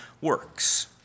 works